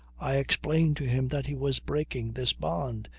i explained to him that he was breaking this bond,